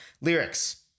lyrics